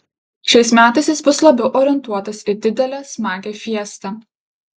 šiais metais jis bus labiau orientuotas į didelę smagią fiestą